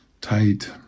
tight